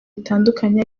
bitandukanye